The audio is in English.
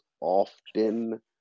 often